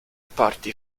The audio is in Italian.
parti